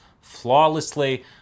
flawlessly